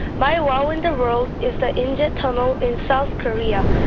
my wow in the world is the inje tunnel in south korea,